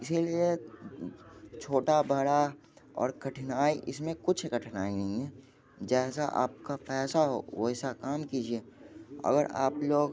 इसी लिए छोटा बड़ा और कठिनाई इस में कुछ कठिनाई नहीं है जैसा आपका पैसा हो वैसा काम कीजिए अगर आप लोग